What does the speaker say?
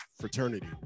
fraternity